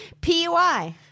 PUI